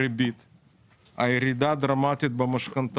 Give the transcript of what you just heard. יש ירידה דרמטית של לפחות 50% במשכנתאות,